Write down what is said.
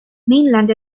mainland